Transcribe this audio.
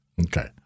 Okay